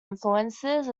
influences